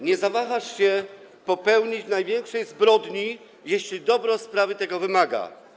Nie zawahasz się popełnić największej zbrodni, jeśli dobro sprawy tego wymaga.